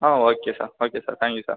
ah okay sir okay sir thank you sir